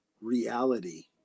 reality